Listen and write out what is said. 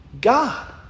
God